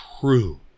true